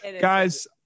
guys